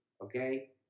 Okay